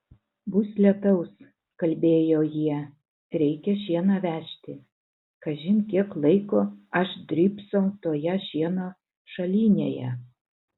bus lietaus kalbėjo jie reikia šieną vežti kažin kiek laiko aš drybsau toje šieno šalinėje